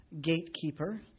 gatekeeper